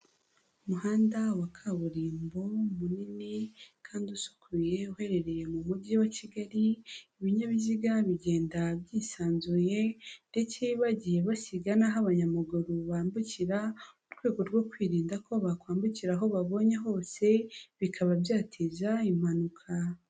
Umuhanda wa kaburimbo munini kandi usukuye uherereye mu mujyi wa Kigali, ibinyabiziga bigenda byisanzuye ndetse bagiye basiga n'aho abanyamaguru bambukira, mu rwego rwo kwirinda ko bakwambukira aho babonye hose bikaba byateza impanuka.